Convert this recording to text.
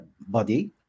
body